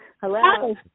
Hello